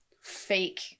fake